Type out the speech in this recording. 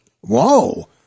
whoa